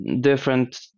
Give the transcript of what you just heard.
different